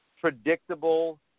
predictable